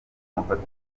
mufata